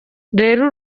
rero